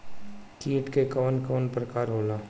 कीट के कवन कवन प्रकार होला?